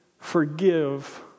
forgive